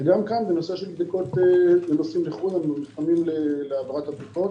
וגם כאן בנושא של בדיקות לנוסעים לחו"ל אנחנו מוכנים להעברת הבדיקות.